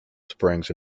springs